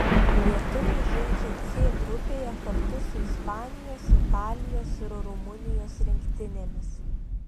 lietuviai žaidžia c grupėje kartu su ispanijos italijos ir rumunijos rinktinėmis